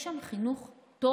יש שם חינוך טוב.